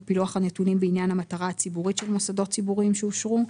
פילוח הנתונים בעניין המטרה הציבורית של מוסדות ציבוריים שאושרו,